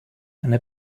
eine